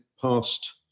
past